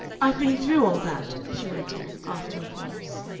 i've been through all that, she went on, after a pause.